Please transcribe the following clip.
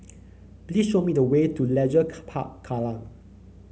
please show me the way to Leisure car Park Kallang